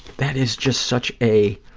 that is just such a,